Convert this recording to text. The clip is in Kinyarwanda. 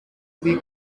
bw’iyi